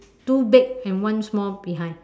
two big and one small behind